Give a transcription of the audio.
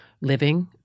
living –